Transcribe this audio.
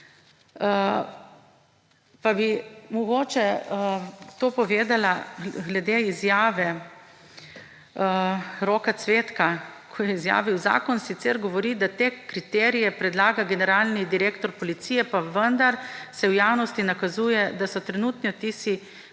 pa bi mogoče to povedala glede izjave Roka Cvetka, ko je izjavil, zakon sicer govori, da te kriterije predlaga generalni direktor policije, pa vendar se v javnosti nakazuje, da so trenutni vtisi